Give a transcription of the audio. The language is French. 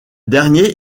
dernier